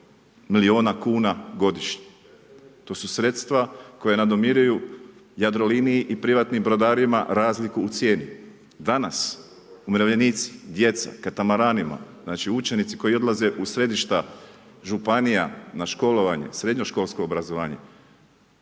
milijuna kuna godišnje. To su sredstva koja nam nadomiruju Jadroliniji i privatnim brodarima razliku u cijeni. Danas umirovljenici, djeca, katamaranima, znači učenicima koji odlaze u središta županija na školovanje, srednjoškolsko obrazovanje,